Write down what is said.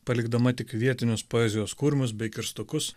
palikdama tik vietinius poezijos kurmius bei kirstukus